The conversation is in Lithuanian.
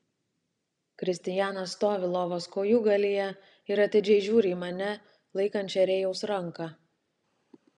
kristijanas stovi lovos kojūgalyje ir atidžiai žiūri į mane laikančią rėjaus ranką